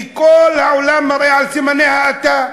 כי כל העולם מראה סימני האטה.